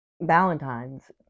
valentine's